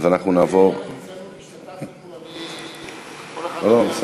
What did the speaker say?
לעניין הגזענות השתתפתי, לא, לא.